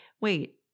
wait